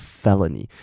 felony